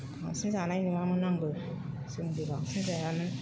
बांसिन जानाय नुवामोन आंबो जोंबो बांसिन जायामोन